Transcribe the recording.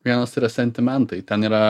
vienas tai yra sentimentai ten yra